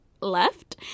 left